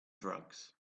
drugs